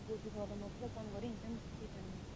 बोजू गरममा पुरा काम गरिहिँड्छ नि त्यही कारणले